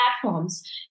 platforms